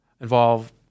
involve